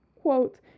Quote